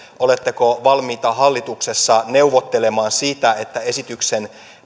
oletteko valmiita hallituksessa neuvottelemaan siitä että esityksen